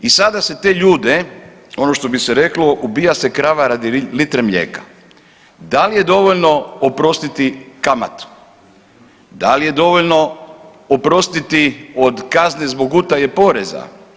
I sada se te ljude ono što bi se reklo, ubija se krava radi litre mlijeka, da li je dovoljno oprostiti kamatu, da li je dovoljno oprostiti od kazne zbog utaje poreza?